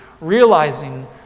Realizing